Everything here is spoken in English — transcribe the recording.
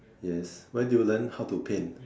yes where do you learn how to paint